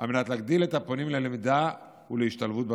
על מנת להגדיל את מספר הפונים ללמידה ולהשתלבות בתחום.